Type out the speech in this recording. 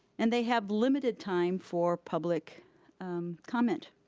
and they have limited time for public comment.